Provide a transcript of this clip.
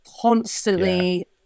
constantly